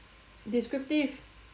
descriptive